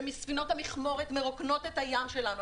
וספינות המכמורת מרוקנות את הים שלנו.